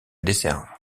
desservent